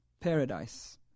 paradise